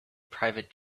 private